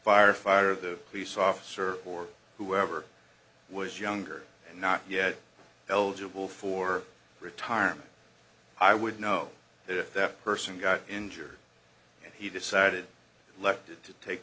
firefighter the police officer or whoever was younger and not yet eligible for retirement i would know that if that person got injured and he decided elected to take